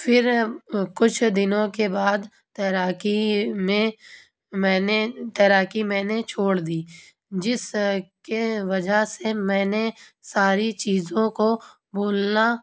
پھر کچھ دنوں کے بعد تیراکی میں میں نے تیراکی میں نے چھوڑ دی جس کے وجہ سے میں نے ساری چیزوں کو بھولنا